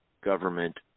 government